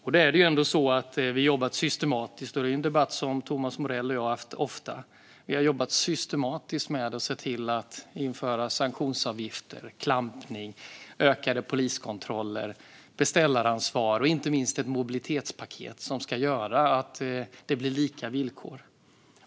Vi har jobbat systematiskt med det som Thomas Morell och jag har debatterat ofta, nämligen att införa sanktionsavgifter och klampning, ökade poliskontroller, beställaransvar och, inte minst, ett mobilitetspaket som ska göra att det blir lika villkor.